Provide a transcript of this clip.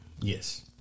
yes